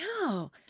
No